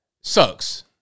sucks